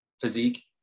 physique